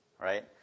right